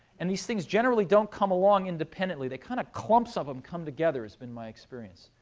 and these things generally don't come along independently. they, kind of clumps of them come together, has been my experience.